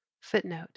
Footnote